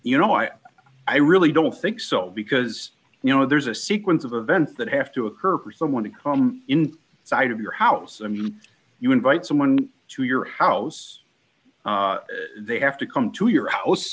you know i i really don't think so because you know there's a sequence of events that have to occur for someone to come in sight of your house you invite someone to your house they have to come to your house